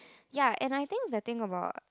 ya and I think the thing about